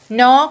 no